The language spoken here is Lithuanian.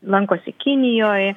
lankosi kinijoj